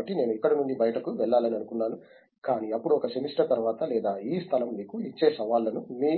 కాబట్టి నేను ఇక్కడ నుండి బయటికి వెళ్లాలని అనుకున్నాను కానీ అప్పుడు ఒక సెమిస్టర్ తరువాత లేదా ఈ స్థలం మీకు ఇచ్చే సవాళ్ళను మీ